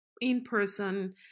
in-person